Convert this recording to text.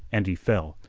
and he fell,